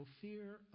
fear